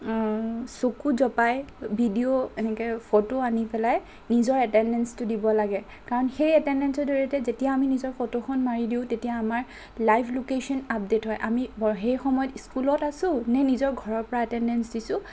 চকু জপাই ভিডিঅ' এনেকৈ ফটো আনি পেলাই নিজৰ এটেণ্ডেঞ্চটো দিব লাগে কাৰণ সেই এটেণ্ডেঞ্চৰ জৰিয়তে যেতিয়া আমি নিজৰ ফটোখন মাৰি দিওঁ তেতিয়া আমাৰ লাইভ লোকেশ্যন আপডেট হয় তেতিয়া আমি সেইসময়ত স্কুলত আছোঁ নে নিজৰ ঘৰৰ পৰা এটেণ্ডেঞ্চ দিছোঁ